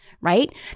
Right